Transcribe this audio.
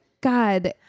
God